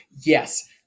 yes